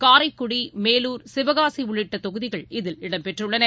காரைக்குடி மேலூர் சிவகாசிஉள்ளிட்டதொகுதிகள் இதில் இடம் பெற்றுள்ளன